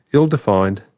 ill-defined,